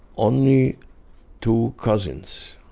only two cousins,